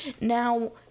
Now